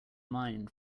mind